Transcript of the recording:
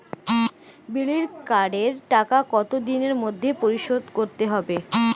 বিড়ির কার্ডের টাকা কত দিনের মধ্যে পরিশোধ করতে হবে?